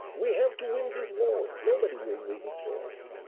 we have to win these wars. nobody will win it for us.